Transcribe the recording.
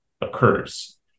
occurs